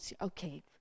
Okay